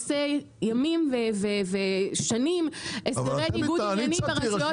עושה ימים ושנים את כל ניגודי העניינים ברשויות